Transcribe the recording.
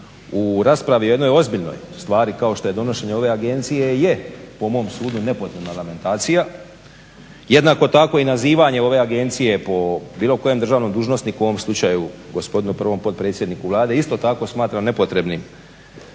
u raspravi o jednoj ozbiljnoj stvari kao što je donošenje ove agencije je po mom sudu nepotrebna lamentacija. Jednako tako i nazivanje ove agencije po bilo kojem državnom dužnosniku, u ovom slučaju gospodinu prvom potpredsjedniku Vlade isto tako smatram nepotrebnim.